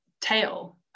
tail